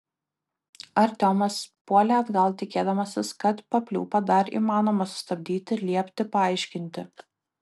artiomas puolė atgal tikėdamasis kad papliūpą dar įmanoma sustabdyti liepti paaiškinti